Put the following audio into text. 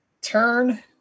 turn